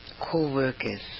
co-workers